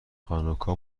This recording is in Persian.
هانوکا